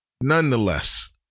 Nonetheless